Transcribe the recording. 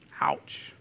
Ouch